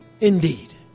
indeed